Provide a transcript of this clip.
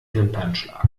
wimpernschlag